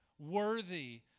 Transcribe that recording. worthy